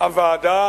הוועדה